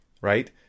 right